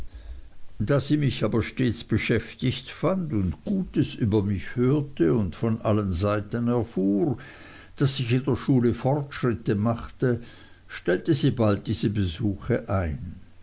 da sie mich aber stets beschäftigt fand und gutes über mich hörte und von allen seiten erfuhr daß ich in der schule fortschritte machte stellte sie bald diese besuche ein